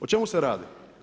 O čemu se radi?